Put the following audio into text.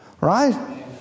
Right